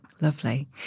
Lovely